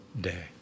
day